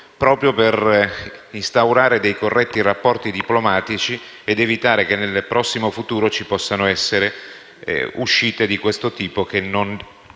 proprio per instaurare dei corretti rapporti diplomatici ed evitare che nel prossimo futuro ci possano essere uscite di questo tipo che non